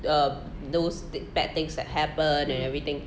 the those bad things that happen and everything